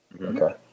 okay